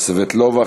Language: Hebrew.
סבטלובה,